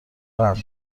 قند